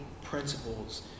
principles